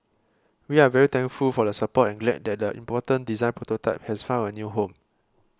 we are very thankful for the support and glad that the important design prototype has found a new home